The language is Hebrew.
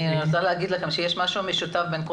אני רוצה להגיד לכם שיש משהו משותף בין כל